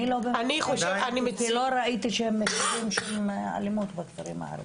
אני לא ראיתי שהם מצילים שום אלימות בכפרים הערביים.